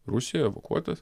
rusiją evakuotas